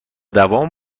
دوام